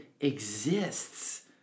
exists